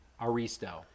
aristo